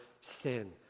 sin